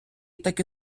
таки